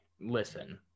listen